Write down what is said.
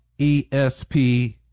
ESP